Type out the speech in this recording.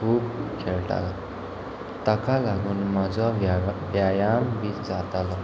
खूब खेळटालो ताका लागून म्हजो व्याय व्यायाम बी जातालो